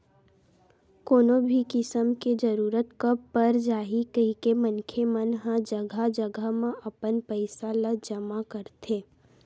कोनो भी किसम के जरूरत कब पर जाही कहिके मनखे मन ह जघा जघा म अपन पइसा ल जमा करथे